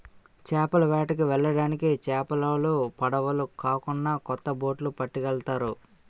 చేపల వేటకి వెళ్ళడానికి చేపలోలు పడవులు కాకున్నా కొత్త బొట్లు పట్టుకెళ్తారు